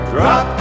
Drop